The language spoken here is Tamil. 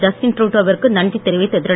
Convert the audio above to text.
ஜஸ்டின் ட்ருடோ விற்கு நன்றி தெரிவித்து திரு